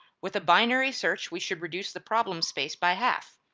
with a binary search we should reduce the problem space by half.